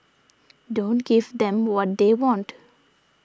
don't give them what they want